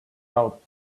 out